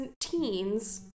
teens